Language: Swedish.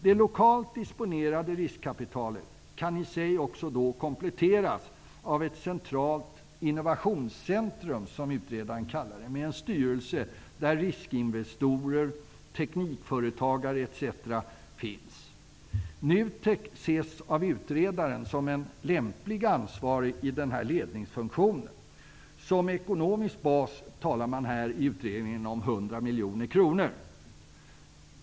Det lokalt disponerade riskkapitalet kan i sig kompletteras av ett centralt innovationscentrum, som utredaren kallar det, med en styrelse där riskinvesterare, teknikföretagare, etc. finns. NUTEK ses av utredaren som en lämplig ansvarig i ledningsfunktionen. Som ekonomisk bas talar man i utredningen om 100 miljoner kronor.